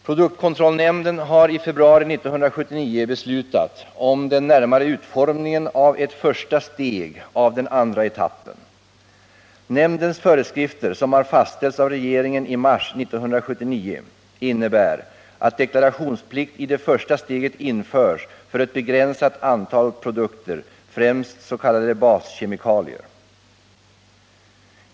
Produkt kontrollnämnden har i februari 1979 beslutat om den närmare utformningen av ett första steg av den andra etappen. Nämndens föreskrifter, som har fastställts av regeringen i mars 1979, innebär att deklarationsplikt i det första steget införs för ett begränsat antal produkter, främst s.k. baskemikalier.